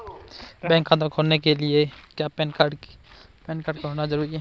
Bank खाता खोलने के लिए क्या पैन कार्ड का होना ज़रूरी है?